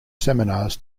seminars